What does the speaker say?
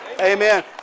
amen